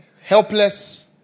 helpless